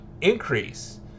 increase